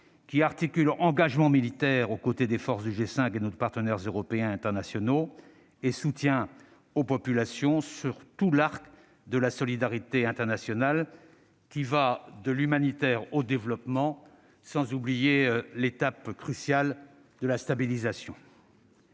qui articule engagement militaire, aux côtés des forces du G5 et de nos partenaires européens et internationaux, et soutien aux populations, sur tout l'arc de la solidarité internationale, qui va de l'humanitaire au développement, sans oublier l'étape cruciale de la stabilisation.